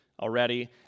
already